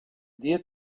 dia